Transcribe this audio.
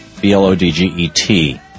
B-L-O-D-G-E-T